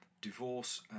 divorce